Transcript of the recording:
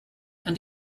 and